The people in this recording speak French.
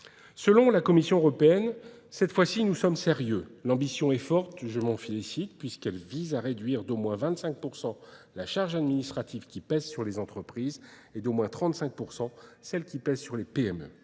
Selon la Commission européenne, cette fois-ci, nous sommes sérieux. L'ambition est forte, je m'en fie ici, puisqu'elle vise à réduire d'au moins 25% la charge administrative qui pèse sur les entreprises et d'au moins 35% celle qui pèse sur les PME.